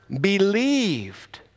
believed